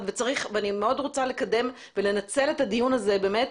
ואני מאוד רוצה לקדם ולנצל את הדיון הזה באמת